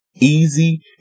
easy